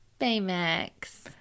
Baymax